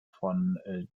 von